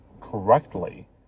correctly